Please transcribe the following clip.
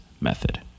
method